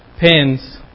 pins